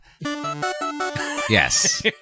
Yes